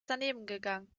danebengegangen